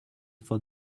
for